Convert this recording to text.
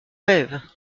rêve